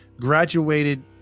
graduated